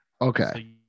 Okay